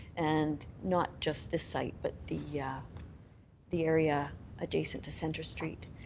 and not just the site but the yeah the area adjacent to centre street.